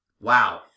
Wow